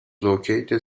located